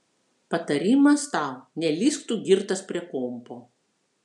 patarimas tau nelįsk tu girtas prie kompo